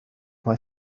mae